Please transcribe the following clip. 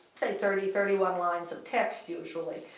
say, thirty, thirty one lines of text usually.